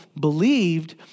believed